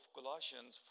Colossians